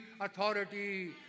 authority